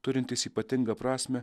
turintis ypatingą prasmę